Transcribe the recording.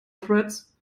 threads